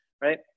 right